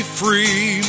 free